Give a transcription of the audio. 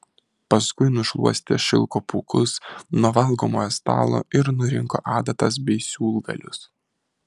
paskui nušluostė šilko pūkus nuo valgomojo stalo ir nurinko adatas bei siūlgalius